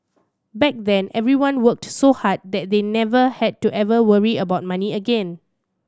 back then everyone worked so hard that they never had to ever worry about money again